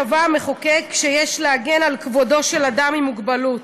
"קבע המחוקק שיש להגן על כבודו של אדם עם מוגבלות,